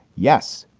yes,